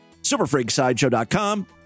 superfreaksideshow.com